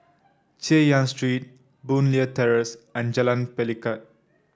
Chay Yan Street Boon Leat Terrace and Jalan Pelikat